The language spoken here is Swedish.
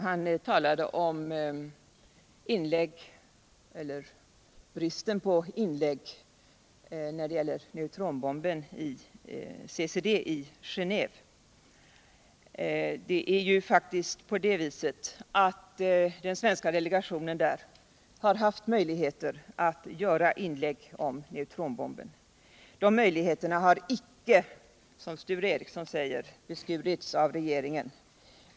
Han talade om bristen på inlägg från svensk sida när det gäller neutronbomben i CCD i Geneve, Det är ju faktiskt på det viset att den svenska delegationen där har haft möjligheter att göra inkigge om neutronbomben. De möjligheterna har icke, som Sture Fricson säger, beskurits av regeringen.